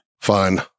Fine